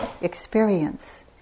experience